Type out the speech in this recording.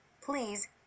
Please